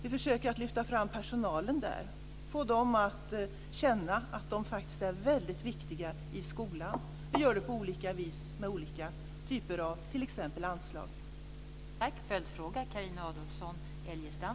Vi försöker lyfta fram personalen och få dem att känna att de faktiskt är väldigt viktiga i skolan. Vi gör det på olika vis, t.ex. med olika typer av anslag.